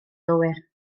gywir